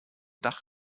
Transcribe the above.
dach